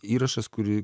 įrašas kurį